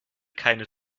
keine